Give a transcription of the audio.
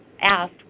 asked